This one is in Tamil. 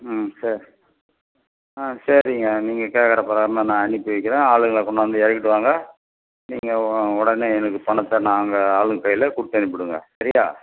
ம் சரி ஆ சரிங்க நீங்கள் கேட்கற பிரகாரமே நான் அனுப்பி வைக்கிறேன் ஆளுங்கள் கொண்டாந்து இறக்கிடுவாங்க நீங்கள் ஒ உடனே எனக்கு பணத்தை நாங்கள் ஆளுங்கள் கையில் கொடுத்தனுப்பிடுங்க சரியாக